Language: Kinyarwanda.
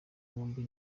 bombi